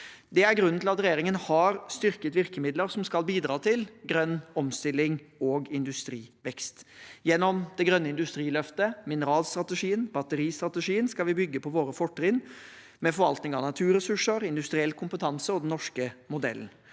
Det er grunnen til at regjeringen har styrket virkemidler som skal bidra til grønn omstilling og industrivekst. Gjennom det grønne industriløftet, mineralstrategien og batteristrategien skal vi bygge på våre fortrinn, med forvaltning av naturressurser, industriell kompetanse og den norske modellen.